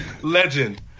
legend